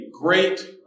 great